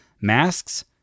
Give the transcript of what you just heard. masks